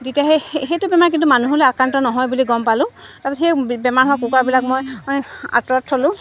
তেতিয়া সেই সেইটো বেমাৰ কিন্তু মানুহলৈ আক্ৰান্ত নহয় বুলি গম পালোঁ তাৰপিছত সেই বেমাৰ হোৱা কুকুৰাবিলাক মই আঁতৰত থ'লোঁ